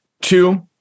Two